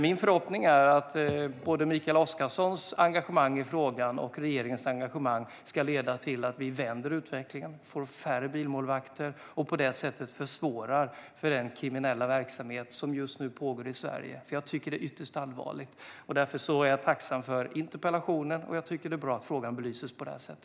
Min förhoppning är alltså att både Mikael Oscarssons och regeringens engagemang i frågan ska leda till att vi vänder utvecklingen, får färre bilmålvakter och på så vis försvårar för den kriminella verksamhet som just nu pågår i Sverige. Jag tycker att det här är ytterst allvarligt, och därför är jag tacksam för interpellationen och tycker att det är bra att frågan belyses på detta sätt.